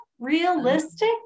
realistic